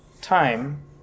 time